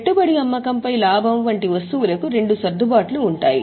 పెట్టుబడి అమ్మకంపై లాభం వంటి వస్తువులకు రెండు సర్దుబాట్లు ఉంటాయి